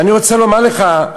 ואני רוצה לומר לך: